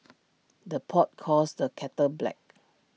the pot calls the kettle black